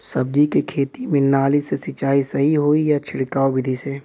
सब्जी के खेती में नाली से सिचाई सही होई या छिड़काव बिधि से?